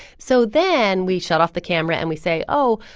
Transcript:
so then we shut off the camera. and we say, oh,